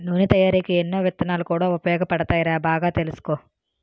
నూనె తయారికీ ఎన్నో విత్తనాలు కూడా ఉపయోగపడతాయిరా బాగా తెలుసుకో